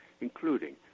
including